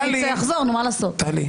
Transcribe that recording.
אני מבקש שתפסיקי.